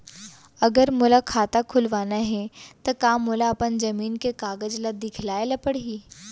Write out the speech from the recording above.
अगर मोला खाता खुलवाना हे त का मोला अपन जमीन के कागज ला दिखएल पढही?